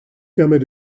permet